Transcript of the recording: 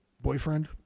boyfriend